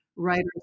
writers